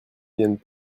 viennent